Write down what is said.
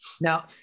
Now